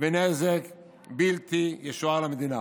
ונזק בלתי ישוער למדינה.